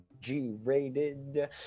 G-rated